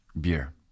Beer